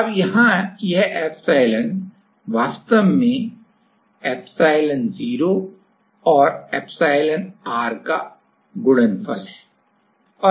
अब यहां यह एप्सिलॉन वास्तव में एप्सिलॉन0 और एप्सिलॉनr का गुणनफल है